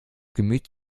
gemüt